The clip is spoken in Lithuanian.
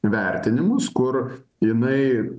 vertinimus kur jinai